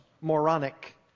moronic